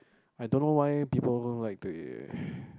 I don't know why people don't like the